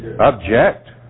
Object